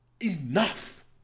enough